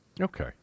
Okay